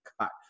cut